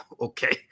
okay